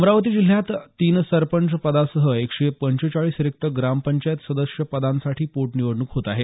अमरावती जिल्ह्यात तीन सरपंचपदांसह एकशे पंचेचाळीस रिक्त ग्रांपचायत सदस्य पदांसाठी पोटनिवडणूक होत आहे